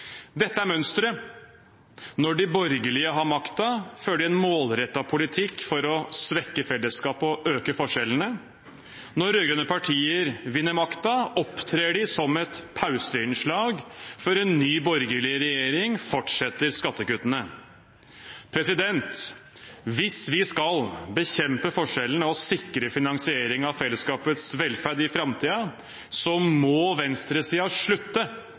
Dette er mønsteret. Når de borgerlige har makten, fører de en målrettet politikk for å svekke fellesskapet og øke forskjellene. Når rød-grønne partier vinner makten, opptrer de som et pauseinnslag før en ny borgerlig regjering fortsetter skattekuttene. Hvis vi skal bekjempe forskjellene og sikre finansieringen av fellesskapets velferd i framtiden, må venstresiden slutte å opptre som